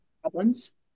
problems